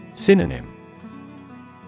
Synonym